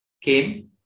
came